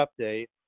update